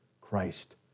Christ